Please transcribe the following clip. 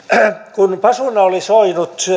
kun pasuuna oli soinut